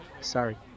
sorry